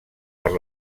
per